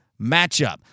matchup